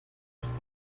ist